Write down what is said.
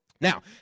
Now